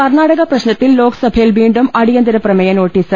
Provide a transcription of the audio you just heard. കർണാടക പ്രശ്നത്തിൽ ലോക്സഭയിൽ വീണ്ടും അടിയ ന്തരപ്രമേയ നോട്ടീസ്